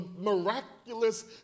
miraculous